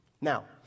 Now